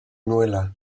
nuela